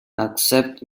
accept